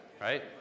right